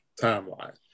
timeline